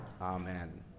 Amen